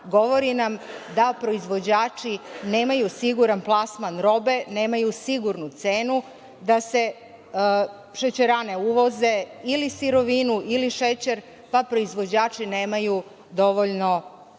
govori nam da proizvođači nemaju siguran plasman robe, nemaju sigurnu cenu, da se šećerane uvoze ili sirovinu ili šećer, pa proizvođači nemaju dovoljno